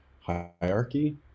hierarchy